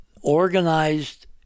organized